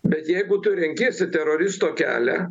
bet jeigu tu renkiesi teroristo kelią